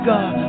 God